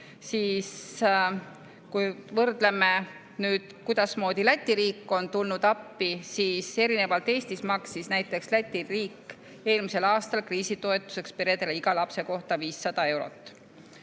ning võrdleme, kuidasmoodi Läti riik on tulnud appi, siis erinevalt Eestist maksis näiteks Läti riik eelmisel aastal kriisitoetuseks peredele iga lapse kohta 500 eurot.